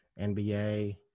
NBA